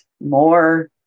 more